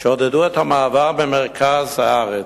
שעודדו את המעבר ממרכז הארץ.